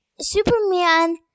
Superman